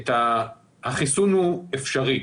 החיסון אפשרי.